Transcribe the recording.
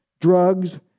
drugs